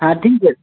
हाँ ठीक है